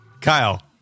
Kyle